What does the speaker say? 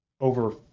over